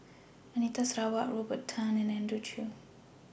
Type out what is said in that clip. Anita Sarawak Robert Tan and Andrew Chew